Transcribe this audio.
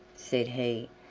said he,